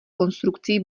konstrukcí